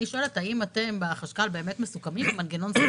אני שואלת האם אתם והחשכ"ל באמת מסוכמים עם מנגנון,